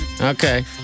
Okay